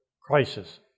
crisis